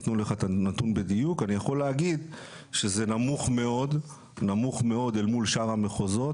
אנחנו יודעים שמעט מאוד כתבי אישום ביחס לתלונות,